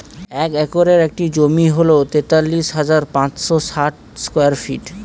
এক একরের একটি জমি হল তেতাল্লিশ হাজার পাঁচশ ষাট স্কয়ার ফিট